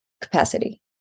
capacity